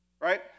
Right